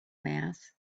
mass